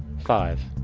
five.